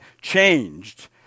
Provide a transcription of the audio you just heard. changed